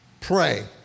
pray